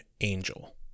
Angel